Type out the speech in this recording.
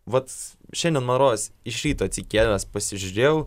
vat šiandien man rodos iš ryto atsikėlęs pasižiūrėjau